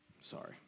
Sorry